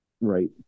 Right